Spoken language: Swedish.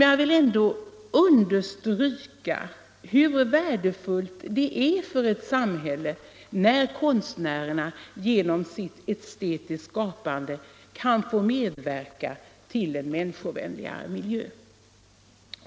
Jag vill dock understryka hur värdefullt det är för ett samhälle, när konstnärerna genom sitt estetiska skapande kan få medverka till en människovänlig miljö.